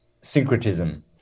syncretism